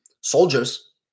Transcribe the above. soldiers